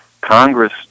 Congress